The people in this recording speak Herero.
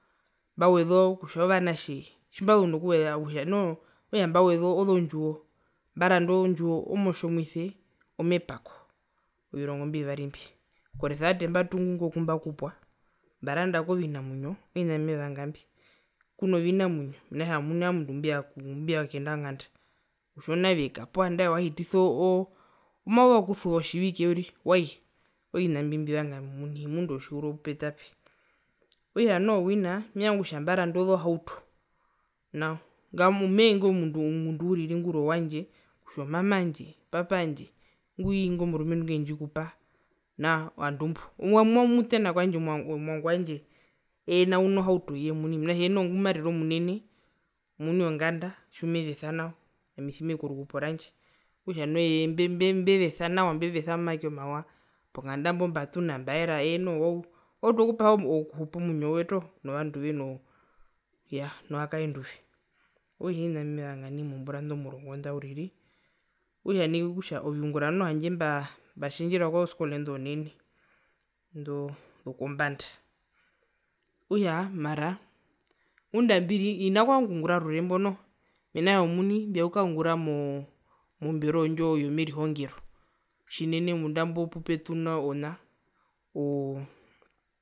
Mbaweza kutja ovanatje tjimbazu nokuweza okutja mbaweza ozondjiwo mbaranda ozondjiwo kutja omo tjomuise omepako ovirongo imbi ovivari mbi koresevate mbatungu kumbakupwa mbarandako vinamwinyo oovina mbimevanga mbi kuno vinamwinyo mena rokutja ami omuni owami omundu ngumbivanga okuyenda konganda kutja onaweka poo andae wahitisa oo o mauva wokusuva otjiveke uriri wai oovina mbimbivanga ami omuni himundu wotjihuro pupetapi, okutja noho wina mevanga kutja mbaranda ozohauto nao mehee ingo mundu uriri nguri owandje kutja omama wandje kutja opapa wandje poo ingo murumendu ngwendjikupa ovandu mbo omutena kwandje owangu wandje eye nao uno hautoye omuni mena rokutja eye noho ongumarire omunene omuni wonganda tjimezesa nao ami tjimeii korukupo rwandje okutja nao eye mbe mbevyesa nawa mbevyesa momake omawa pongada mbo mbatuna mbaera eye noho wautu wautu okupaha okuhupa omwinyowe toho novanduve no iyaa novakaenduve okutja oovina mbimevanga nai mozombura indo murongo nda uriri, okutja nai okutja oviungura noho handje mbaa mbatjendjera kozoskole indo zonene indo zokombanda okutja mara ngunda ambiri hina kuvanga okungura orure mbo noho mena rokutja omuni mbivanga okukaungura moo mombero ndjo yomerihongero tjinene munda mbo pupetunwa ona oo